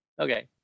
okay